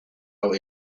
our